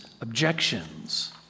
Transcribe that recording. objections